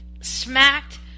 smacked